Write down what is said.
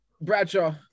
Bradshaw